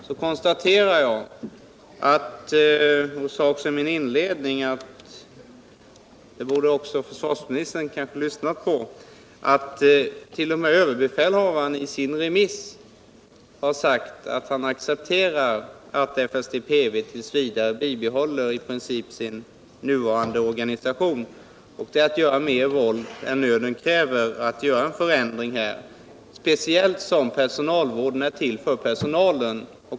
Herr talman! Beträffande ansvaret för personalvården konstaterar jag — jag sade också i mitt inledningsanförande att det borde kanske försvarsministern lyssna på —- att t.o.m. överbefälhavaren i sitt remissyttrande har sagt att han accepterar att försvarsstabens personalvårdsbyrå t. v. bibehåller i princip sin nuvarande organisation. Det är större våld än nöden kräver att göra en förändring här, speciellt som personalvården är till för personalen.